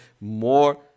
more